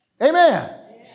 Amen